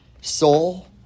Soul